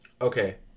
Okay